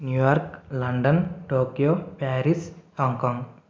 New York London Tokyo Paris Hong Kong